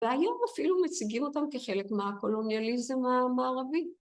והיום אפילו מציגים אותם כחלק מהקולוניאליזם המערבי.